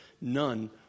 None